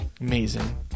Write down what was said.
amazing